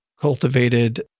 cultivated